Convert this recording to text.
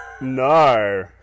No